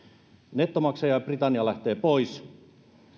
nettomaksaja britannia lähtee pois